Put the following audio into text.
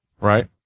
right